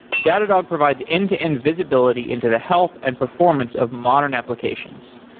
datadog provides end-to-end visibility into the health and performance of modern applications.